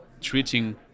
treating